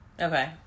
Okay